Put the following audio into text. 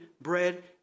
bread